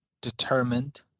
Determined